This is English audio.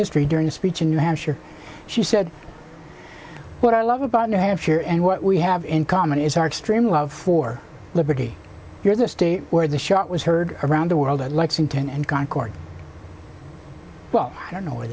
history during a speech in new hampshire she said what i love about new hampshire and what we have in common is our extreme love for liberty here's a state where the shot was heard around the world at lexington and concord well i don't know where